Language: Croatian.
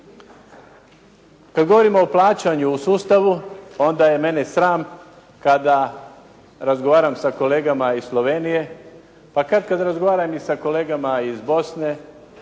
Kada govorimo o plaćanju u sustavu onda je mene sram kada razgovaram sa kolegama iz Slovenije, pa katkad razgovaram i sa kolegama iz Bosne